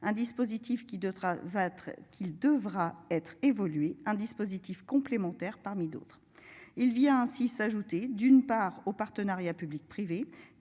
va être qu'il devra être évoluer un dispositif complémentaire parmi d'autres. Il vient ainsi s'ajouter, d'une part au partenariat public-privé